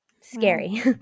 Scary